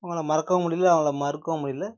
அவங்கள மறக்கவும் முடியல அவங்கள மறுக்கவும் முடியல